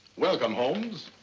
welcome, holmes.